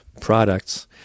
products